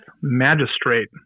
magistrate